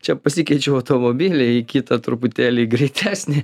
čia pasikeičiau automobilį į kitą truputėlį greitesnį